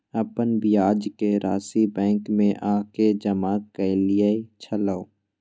अपन ब्याज के राशि बैंक में आ के जमा कैलियै छलौं?